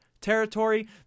territory